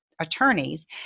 Attorneys